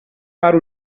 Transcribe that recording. para